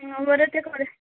ಹ್ಞೂ ಬರುತ್ತೆ ಕೊಡಿ